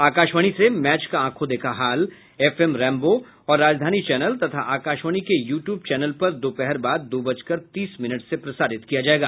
आकाशवाणी से मैच का आंखों देखा हाल एफ एम रेनबो और राजधानी चैनल तथा आकाशवाणी के यू ट्यूब चैनल पर दोपहर बाद दो बजकर तीस मिनट से प्रसारित किया जायेगा